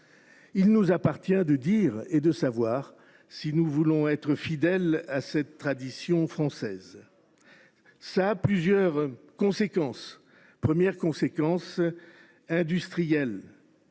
Il nous appartient de dire et de savoir si nous voulons être fidèles à cette tradition française. Cela entraîne plusieurs conséquences. La première d’entre elles est industrielle